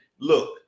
look